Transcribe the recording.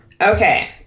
Okay